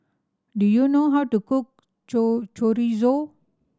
do you know how to cook Chorizo